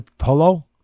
Hello